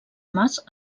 mas